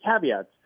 caveats